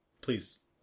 please